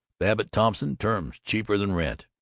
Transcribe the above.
babbitt-thompson terms, cheaper than rent.